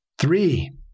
three